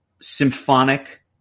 symphonic